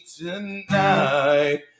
tonight